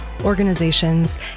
organizations